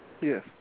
Yes